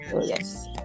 Yes